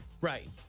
Right